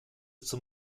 zum